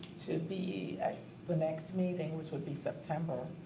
to be at the next meeting which would be september